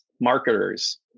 marketers